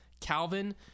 Calvin